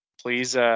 please